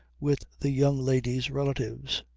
with the young lady's relatives.